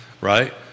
right